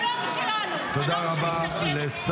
תודה רבה.